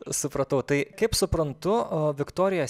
supratau tai kaip suprantu viktorija